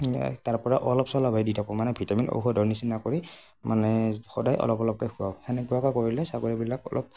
তাৰ পৰা অলপ চলপহে দি থাকোঁ মানে ভিটামিন ঔষধৰ নিচিনা কৰি মানে সদায় অলপ অলপকৈ খুৱাওঁ সেনেকুৱাকৈ কৰিলে ছাগলীবিলাক অলপ